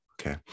okay